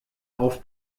auf